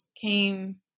came